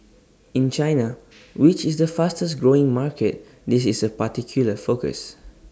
in China which is the fastest growing market this is A particular focus